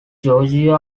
giorgio